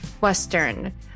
Western